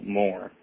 more